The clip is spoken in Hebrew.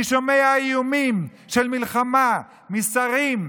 אני שומע איומים במלחמה משרים,